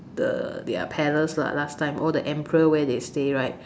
the their palace lah last time all the emperor where they stay right